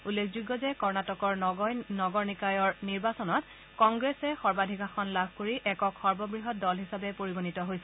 উল্লেখযোগ্য যে কৰ্ণাটকৰ নগৰ নিকায়ৰ নিৰ্বাচনত কংগ্ৰেছে সৰ্বাধিক আসন লাভ কৰি একক সৰ্ববৃহৎ দল হিচাপে পৰিগণিত হৈছে